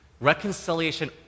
Reconciliation